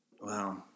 Wow